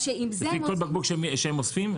לפי כל בקבוק שאוספים?